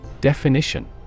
Definition